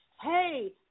Hey